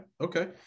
okay